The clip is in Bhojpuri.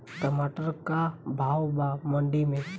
टमाटर का भाव बा मंडी मे?